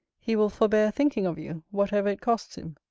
he will forbear thinking of you, whatever it costs him.